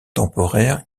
temporaires